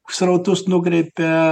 srautus nukreipia